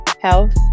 health